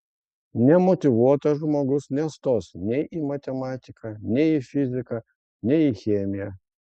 nemotyvuotas žmogus nestos nei į matematiką nei į fiziką nei į chemiją